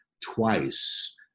twice